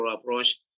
approach